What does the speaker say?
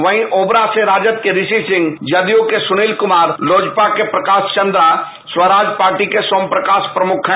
वहीं ओवरा से राजद के ऋषि सिंह जदयू के सुनील कुमार लोजपा के प्रकाश चंद्र स्वराज पार्टी के सोम प्रकाश प्रमुख हैं